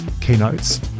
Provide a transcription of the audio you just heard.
keynotes